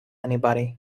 anybody